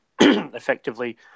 effectively